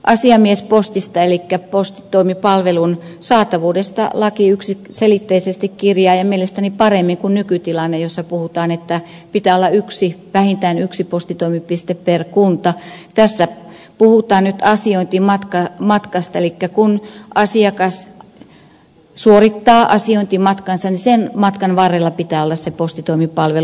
asiamiespostista elikkä postitoimipalvelun saatavuudesta laki yksiselitteisesti kirjaa ja mielestäni paremmin kuin nykytilanne jossa puhutaan että pitää olla vähintään yksi postitoimipiste per kunta nyt asiointimatkasta elikkä kun asiakas suorittaa asiointimatkansa niin sen matkan varrella pitää olla se postitoimipalvelu